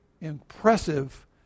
impressive